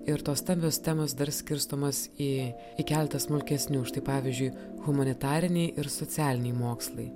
ir tos stambios temos dar skirstomos į į keletą smulkesnių štai pavyzdžiui humanitariniai ir socialiniai mokslai